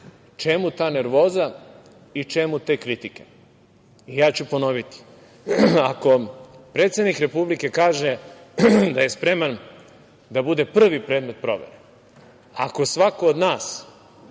Čemu ta nervoza i čemu te kritike. Ja ću ponoviti. Ako predsednik Republike kaže da je spreman da bude prvi predmet provere, ako svako od nas,